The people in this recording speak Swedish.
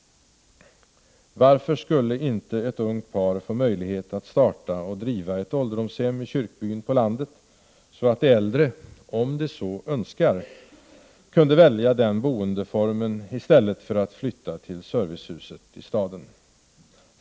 Varför skulle inte ett ungt par få möjlighet att starta och driva ett ålderdomshem i kyrkbyn på landet, så att de äldre, om de så önskar, kunde välja den boendeformen i stället för att flytta till servicehuset i staden?